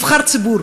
נבחר ציבור,